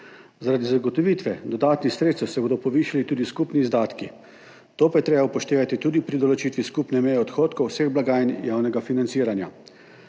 Zaradi zagotovitve dodatnih sredstev se bodo povišali tudi skupni izdatki, to pa je treba upoštevati tudi pri določitvi skupne meje odhodkov vseh blagajn javnega financiranja.